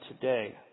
today